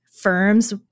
firms